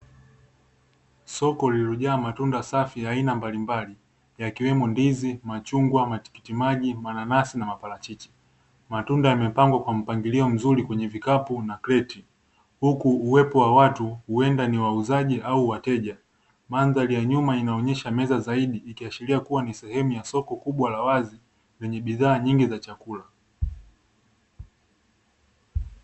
Soko lililojaa matunda safi ya aina mbalimbali yakiwemo: ndizi, machungwa, matikiti maji, mananasi na maparachichi, matunda yamepangwa kwa mpangilio mzuri kwenye vikapu na kreti, huku uwepo wa watu huenda ni wauzaji au wateja, mandhari ya nyuma inaonesha meza zaidi, ikiashiria kuwa ni sehemu ya soko kubwa la wazi, lenye bidhaa nyingi za chakula.